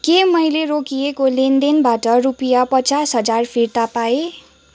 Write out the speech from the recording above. के मैले रोकिएको लेनदेनबाट रुपियाँ पचास हजार फिर्ता पाएँ